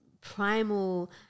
primal